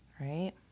right